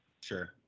sure